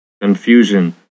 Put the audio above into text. confusion